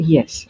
Yes